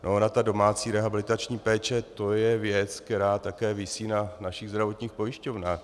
Ona ta domácí rehabilitační péče, to je věc, která také visí na našich zdravotních pojišťovnách.